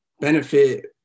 benefit